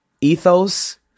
Ethos